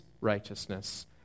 righteousness